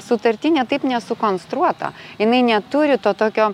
sutartinė taip nesukonstruota jinai neturi to tokio